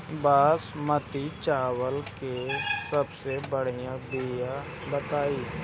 बासमती चावल के सबसे बढ़िया बिया बताई?